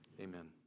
amen